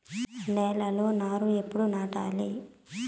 నేలలో నారు ఎప్పుడు నాటాలి?